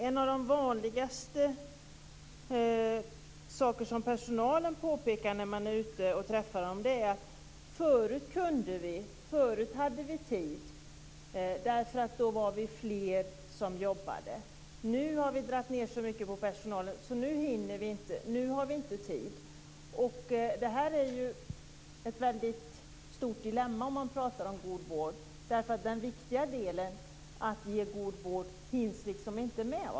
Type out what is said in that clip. En av de vanligaste saker som personalen påpekar när man träffar dem är: Förut kunde vi, förut hade vi tid, därför att då var vi fler som jobbade. Nu har vi dragit ned så mycket på personalen, så nu hinner vi inte, nu har vi inte tid. Om man pratar om god vård är det ett stort dilemma. Den viktiga delen i att ge god vård hinns liksom inte med.